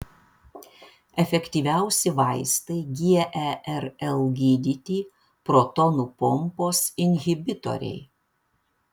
efektyviausi vaistai gerl gydyti protonų pompos inhibitoriai